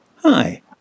Hi